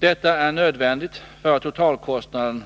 Detta är nödvändigt för att totalkostnaderna